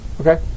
Okay